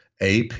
AP